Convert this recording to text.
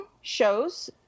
shows